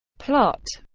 plot